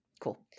Cool